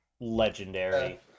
legendary